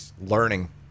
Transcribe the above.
learning